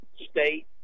State